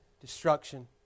destruction